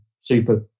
super